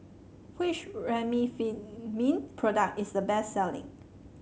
which Remifemin product is the best selling